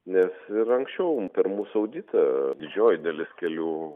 nes ir anksčiau per mūsų auditą didžioji dalis kelių